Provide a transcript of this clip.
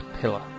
pillar